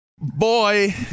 Boy